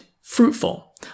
fruitful